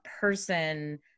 person